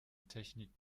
technik